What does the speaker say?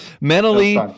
Mentally